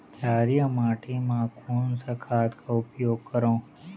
क्षारीय माटी मा कोन सा खाद का उपयोग करों?